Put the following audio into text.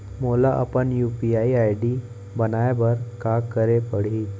मोला अपन UPI ID बनाए बर का करे पड़ही?